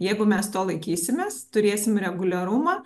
jeigu mes to laikysimės turėsim reguliarumą